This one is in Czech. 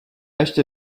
ještě